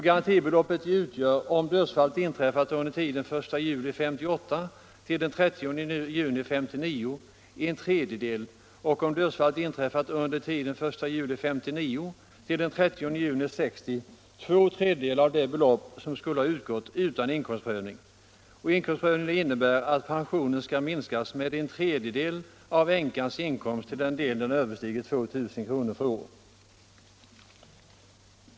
Garantibeloppet utgår om dödsfallet inträffat under tiden 1 juli 1958 30 juni 1959 en tredjedel och om dödsfallet inträffat under tiden 1 juli 1959-30 juni 1960 två tredjedelar av det belopp som skulle ha utgått utan inkomstprövning. Inkomstprövningen innebär att pensionen skall minskas med en tredjedel av änkans inkomst till den del den överstiger 2 000 kr. för år.